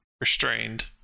restrained